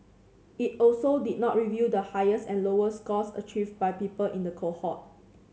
it also did not reveal the highest and lowest scores achieved by people in the cohort